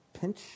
pinch